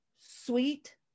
sweet